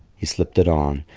he slipped it on,